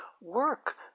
work